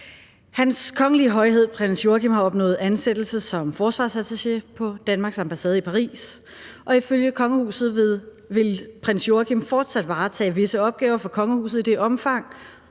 Hans Kongelige Højhed Prins Joachim har opnået ansættelse som forsvarsattaché på Danmarks ambassade i Paris, og ifølge kongehuset vil prins Joachim fortsat varetage visse opgaver for kongehuset i det omfang,